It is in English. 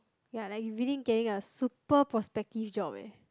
ya like really getting a super prospective job eh